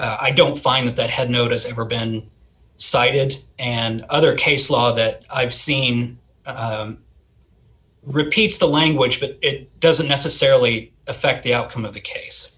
i don't find that had notice ever been cited and other case law that i've seen repeats the language but it doesn't necessarily affect the outcome of the case